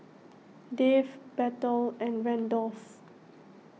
Dave Bethel and Randolph